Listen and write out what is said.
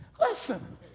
Listen